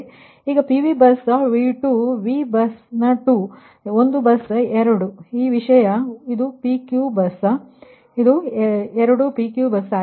ಈಗ PV bus V2 v bus 2 ಒಂದು bus 2 ಇದು ಈ ವಿಷಯ ಇದು P Q bus bus 2P Q bus ಆಗಿದೆ